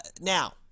Now